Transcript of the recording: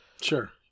sure